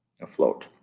afloat